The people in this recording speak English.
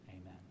Amen